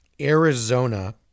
Arizona